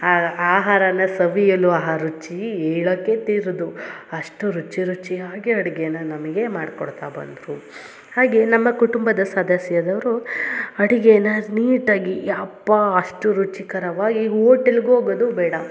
ಆಗ ಆಹಾರನ ಸವಿಯಲು ಆಹಾ ರುಚಿ ಹೇಳಕ್ಕೆ ತೀರದು ಅಷ್ಟು ರುಚಿ ರುಚಿಯಾಗಿ ಅಡ್ಗೆನ ನಮಗೆ ಮಾಡ್ಕೊಡ್ತಾ ಬಂದರು ಹಾಗೆ ನಮ್ಮ ಕುಟುಂಬದ ಸದಸ್ಯೆದವರು ಅಡಿಗೇನ ನೀಟಾಗಿ ಯಪ್ಪಾ ಅಷ್ಟು ರುಚಿಕರವಾಗಿ ಹೋಟೆಲ್ಗು ಹೋಗೋದು ಬೇಡ